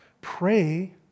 Pray